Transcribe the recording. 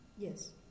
Yes